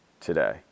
today